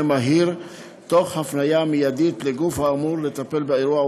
מהיר תוך הפניה מיידית לגוף האמור לטפל באירוע,